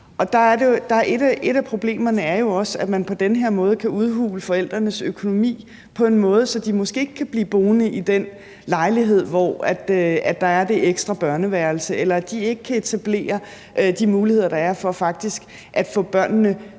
Et af problemerne er jo også, at man på den her måde kan udhule forældrenes økonomi på en måde, så de måske ikke kan blive boende i den lejlighed, hvor der er det ekstra børneværelse, eller de ikke kan etablere de muligheder, der er for faktisk at få børnene